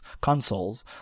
consoles